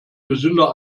gesünder